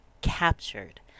Captured